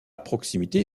proximité